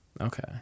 Okay